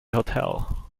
hotel